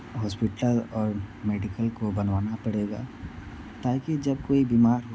hospital और medical को बनवाना पड़ेगा ताकि जब कोई बीमार हो